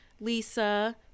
Lisa